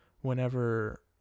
Whenever